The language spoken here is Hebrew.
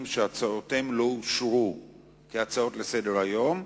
שהצעותיהם לא אושרו כהצעות לסדר-היום,